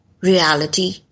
reality